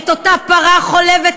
את אותה פרה חולבת מהאזרחים,